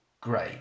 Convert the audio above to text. great